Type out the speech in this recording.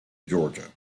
georgia